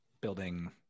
building